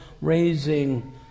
raising